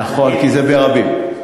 נכון, כי זה ברבים.